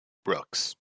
brooks